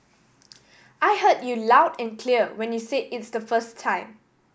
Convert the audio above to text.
I heard you loud and clear when you said it the first time